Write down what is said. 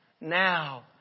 now